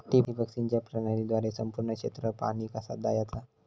ठिबक सिंचन प्रणालीद्वारे संपूर्ण क्षेत्रावर पाणी कसा दयाचा?